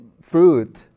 fruit